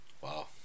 Wow